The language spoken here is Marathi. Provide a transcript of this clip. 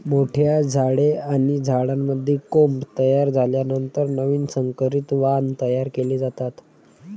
मोठ्या झाडे आणि झाडांमध्ये कोंब तयार झाल्यानंतर नवीन संकरित वाण तयार केले जातात